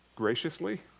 graciously